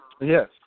Yes